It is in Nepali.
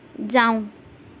जाऊ